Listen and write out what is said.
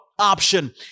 option